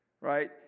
Right